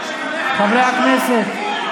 חברי הכנסת,